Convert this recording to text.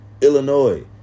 Illinois